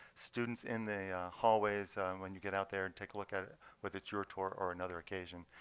students in the hallways, when you get out there and take a look at it, whether it's your tour or another occasion,